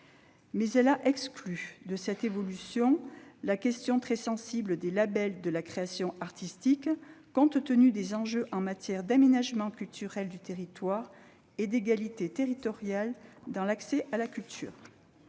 elle a exclu de cette évolution la question très sensible des labels de la création artistique, compte tenu des enjeux en matière d'aménagement culturel du territoire et d'égalité territoriale dans l'accès à la culture.